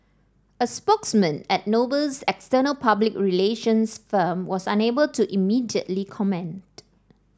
a spokesman at Noble's external public relations firm was unable to immediately comment